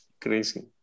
crazy